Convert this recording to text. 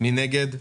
מי נגד?